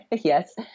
Yes